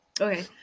Okay